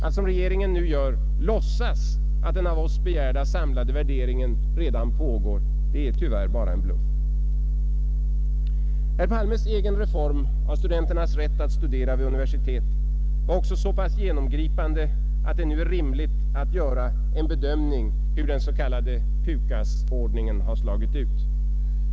Att som regeringen nu gör låtsas att den av oss begärda samlade värderingen redan pågår är tyvärr bara en bluff. Herr Palmes egen reform av studenternas rätt att studera vid universitet var också så pass genomgripande att det nu är rimligt att göra en bedömning hur den s.k. PUKAS-ordningen slagit ut.